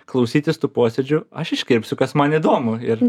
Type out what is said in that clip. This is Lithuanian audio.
klausytis tų posėdžių aš iškirpsiu kas man įdomu ir